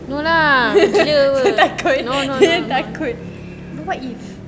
saya takut saya takut no lah what if